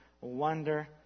wonder